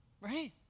right